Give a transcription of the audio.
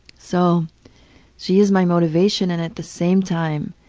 so she is my motivation and at the same time,